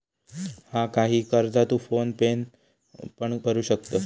हा, काही कर्जा तू फोन पेन पण भरू शकतंस